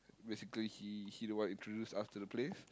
basically he he work with cruise after the place